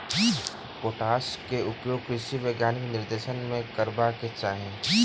पोटासक उपयोग कृषि वैज्ञानिकक निर्देशन मे करबाक चाही